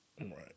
Right